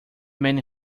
many